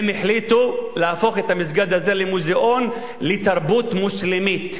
הם החליטו להפוך את המסגד הזה למוזיאון לתרבות מוסלמית,